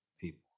people